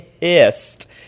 pissed